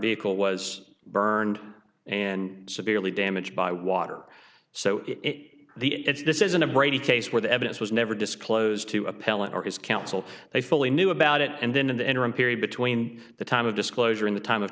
vehicle was burned and severely damaged by water so it the it's this isn't a brady case where the evidence was never disclosed to appellant or his counsel they fully knew about it and then in the interim period between the time of disclosure in the time of